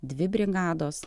dvi brigados